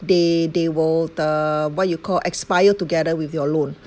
they they will the what you call expire together with your loan